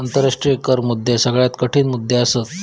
आंतराष्ट्रीय कर मुद्दे सगळ्यात कठीण मुद्दे असत